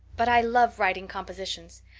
but i love writing compositions.